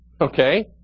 okay